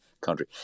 country